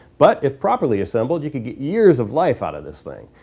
but if properly assembled you could get years of life out of this thing.